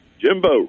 Jimbo